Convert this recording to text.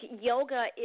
yoga